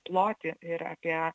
plotį ir apie